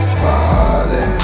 party